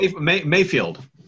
Mayfield